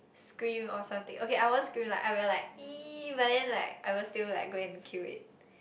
scream or something okay I won't scream like I will like !ee! but then I like I will still go and kill it